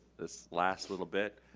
this last little bit,